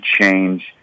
change